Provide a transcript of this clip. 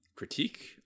critique